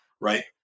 right